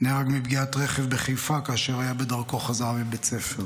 נהרג מפגיעת רכב בחיפה כאשר היה בדרכו חזרה מבית ספר.